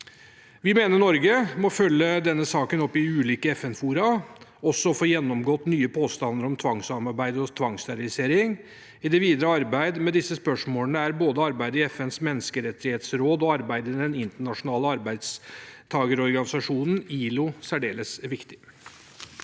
Vi mener Norge må følge denne saken opp i ulike FN-fora og også få gjennomgått nye påstander om tvangsarbeid og tvangssterilisering. I det videre arbeid med disse spørsmålene er både arbeidet i FNs menneskerettighetsråd og arbeidet i Den internasjonale arbeidstakerorganisasjonen, ILO, særdeles viktig.